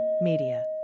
Media